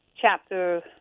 chapter